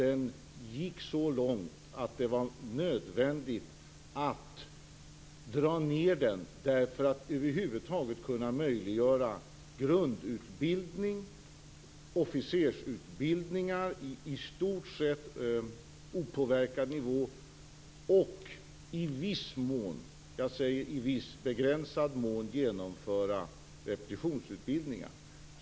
Den gick så långt att det var nödvändigt att dra ned den för att över huvud taget kunna möjliggöra grundutbildning, officersutbildningar på i stort sett opåverkad nivå och - i viss begränsad mån - genomförande av repetitionsutbildningar.